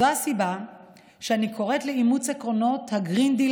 זו הסיבה שאני קוראת לאימוץ עקרונות ה"גרין דיל"